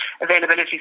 Availability